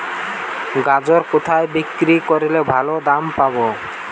গাজর কোথায় বিক্রি করলে ভালো দাম পাব?